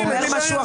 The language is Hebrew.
הוא אומר משהו אחר.